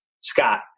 Scott